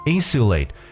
Insulate